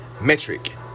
Metric